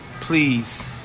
please